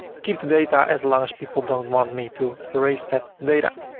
keep the data as long as people don't want me to erase that data.